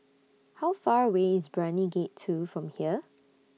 How Far away IS Brani Gate two from here